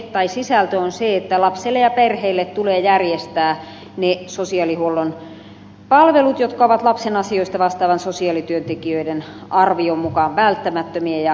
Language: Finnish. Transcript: lain sisältö on se että lapsille ja perheille tulee järjestää ne sosiaalihuollon palvelut jotka ovat lapsen asioista vastaavien sosiaalityöntekijöiden arvion mukaan välttämättömiä